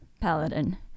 paladin